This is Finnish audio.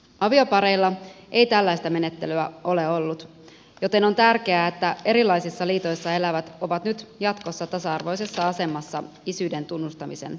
aviopareilla ei tällaista menettelyä ole ollut joten on tärkeää että erilaisissa liitoissa elävät ovat nyt jatkossa tasa arvoisessa asemassa isyyden tunnustamisen suhteen